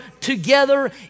together